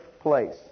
place